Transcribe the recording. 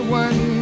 one